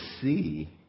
see